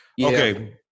Okay